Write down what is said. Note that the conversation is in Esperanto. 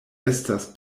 estas